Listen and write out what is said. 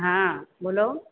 હા બોલો